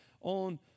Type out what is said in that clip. on